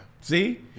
See